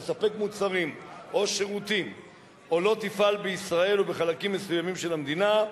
תספק מוצרים או שירותים או לא תפעל בישראל או בחלקים מסוימים של המדינה,